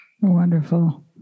wonderful